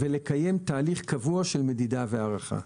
ולקיים תהליך קבוע של מדידה והערכה.